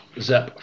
Zep